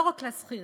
לא רק לשכירים,